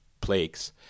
plagues